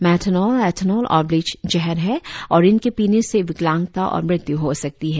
methanol ethanol और bleach जहर हैं और इनके पीने से विकलांगता और मृत्य् हो सकती है